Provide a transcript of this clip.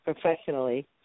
Professionally